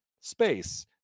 space